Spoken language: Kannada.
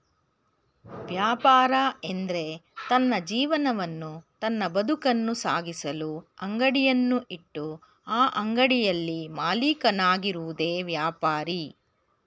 ವ್ಯಾಪಾರ ಎಂದ್ರೆ ತನ್ನ ಜೀವನವನ್ನು ತನ್ನ ಬದುಕನ್ನು ಸಾಗಿಸಲು ಅಂಗಡಿಯನ್ನು ಇಟ್ಟು ಆ ಅಂಗಡಿಯಲ್ಲಿ ಮಾಲೀಕನಾಗಿರುವುದೆ ವ್ಯಾಪಾರಿ